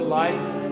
life